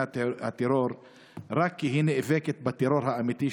הטרור רק כי היא נאבקת בטרור האמיתי,